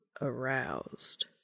aroused